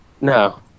No